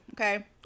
Okay